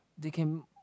they can